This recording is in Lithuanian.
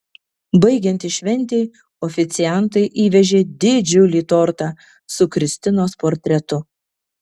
baigiantis šventei oficiantai įvežė didžiulį tortą su kristinos portretu